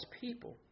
people